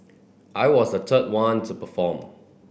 I was a third one to perform